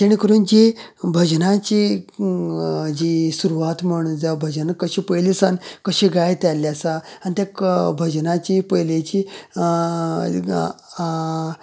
जेणे करून जी भजनाची जी सुरवात म्हण जाव भजनाची जी पयली सावन जायत आयल्ली आसा आनी ती भजनांची पयली